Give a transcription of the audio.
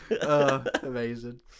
Amazing